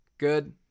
good